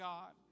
God